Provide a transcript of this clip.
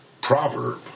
proverb